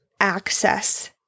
access